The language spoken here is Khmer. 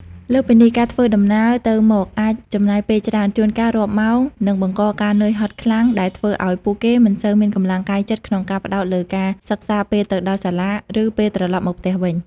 លើសពីនេះ ការធ្វើដំណើរទៅមកអាចចំណាយពេលច្រើន ជួនកាលរាប់ម៉ោង និងបង្កការនឿយហត់ខ្លាំង ដែលធ្វើឱ្យពួកគេមិនសូវមានកម្លាំងកាយចិត្តក្នុងការផ្តោតលើការសិក្សាពេលទៅដល់សាលា ឬពេលត្រឡប់មកផ្ទះវិញ។